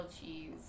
cheese